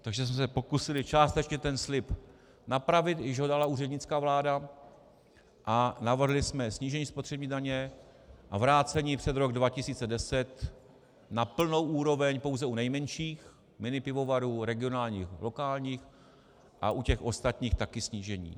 Takže jsme se pokusili částečně ten slib napravit, když ho dala úřednická vláda, a navrhli jsme snížení spotřební daně a vrácení před rok 2010 na plnou úroveň pouze u nejmenších minipivovarů, regionálních, lokálních, a u těch ostatních taky snížení.